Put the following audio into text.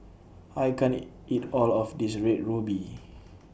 I can't eat All of This Red Ruby